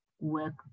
work